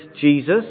Jesus